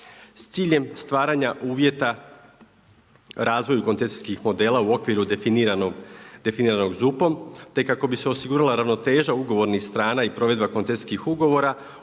S ciljem stvaranja uvjeta razvoju koncesijskih modela u okviru definiranog ZUP-om te kako bi se osigurala ravnoteže ugovornih strana i provedba koncesijskih ugovora,